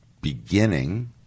beginning